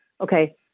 Okay